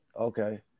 Okay